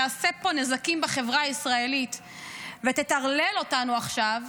שתעשה פה נזקים בחברה הישראלית ותטרלל אותנו עכשיו?